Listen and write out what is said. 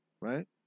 right